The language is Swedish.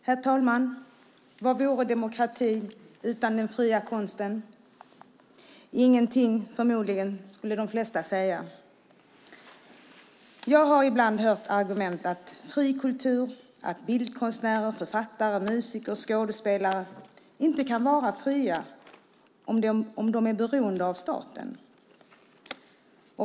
Herr talman! Vad vore demokrati utan den fria konsten? Förmodligen ingenting, skulle de flesta säga. Jag har ibland hört argumentet att fri kultur, bildkonstnärer, författare, musiker och skådespelare inte kan vara fria om de är beroende av staten.